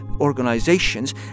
organizations